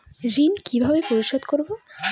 ঋণ কিভাবে পরিশোধ করব?